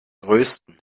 größten